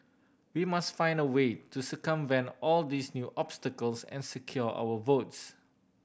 we must find a way to circumvent all these new obstacles and secure our votes